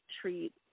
treat